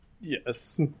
Yes